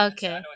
Okay